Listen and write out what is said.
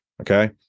Okay